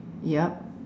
yup